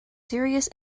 serious